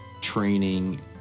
training